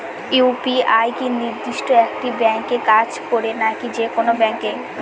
UPI কি নির্দিষ্ট একটি ব্যাংকে কাজ করে নাকি যে কোনো ব্যাংকে?